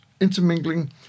intermingling